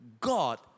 God